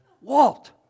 Walt